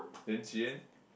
then she then